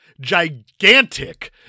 gigantic